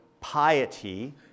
piety